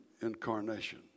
Incarnation